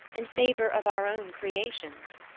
in favor of our own creations.